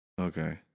Okay